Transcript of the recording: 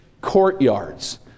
courtyards